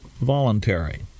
voluntary